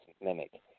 mimic